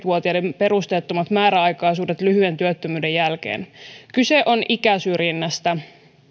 vuotiaiden perusteettomat määräaikaisuudet lyhyen työttömyyden jälkeen kyse on ikäsyrjinnästä